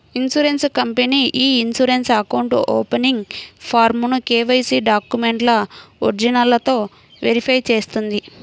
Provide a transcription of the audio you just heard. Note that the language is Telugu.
ఇన్సూరెన్స్ కంపెనీ ఇ ఇన్సూరెన్స్ అకౌంట్ ఓపెనింగ్ ఫారమ్ను కేవైసీ డాక్యుమెంట్ల ఒరిజినల్లతో వెరిఫై చేస్తుంది